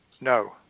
No